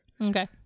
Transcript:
Okay